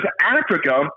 Africa